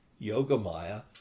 Yogamaya